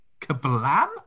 Kablam